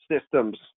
systems